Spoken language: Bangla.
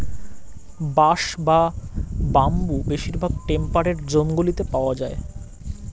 বাঁশ বা বাম্বু বেশিরভাগ টেম্পারেট জোনগুলিতে পাওয়া যায়